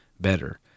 better